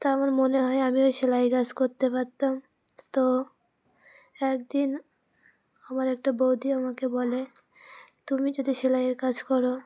তা আমার মনে হয় আমি ওই সেলাইয়ের কাজ করতে পারতাম তো একদিন আমার একটা বৌদি আমাকে বলে তুমি যদি সেলাইয়ের কাজ করো